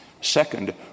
Second